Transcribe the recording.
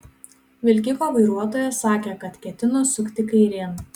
vilkiko vairuotojas sakė kad ketino sukti kairėn